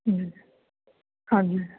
ਜੀ ਹਾਂਜੀ